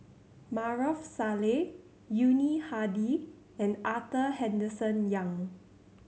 Maarof Salleh Yuni Hadi and Arthur Henderson Young